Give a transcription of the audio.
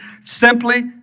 Simply